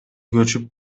көчүп